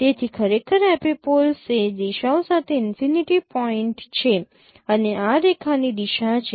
તેથી ખરેખર એપિપોલ્સ એ દિશાઓ સાથે ઈનફિનિટી પોઈન્ટ છે અને આ રેખાની દિશા છે